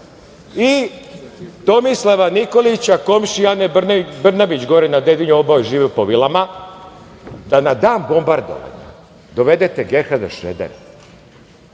i Tomislava Nikolića, komšije Ane Brnabić gore na Dedinju, oboje žive po vilama, da na dan bombardovanja dovedete Gerharda